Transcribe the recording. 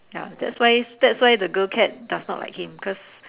ya that's why that's why the girl cat does not like him cause